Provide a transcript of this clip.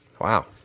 Wow